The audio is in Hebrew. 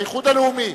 האיחוד הלאומי?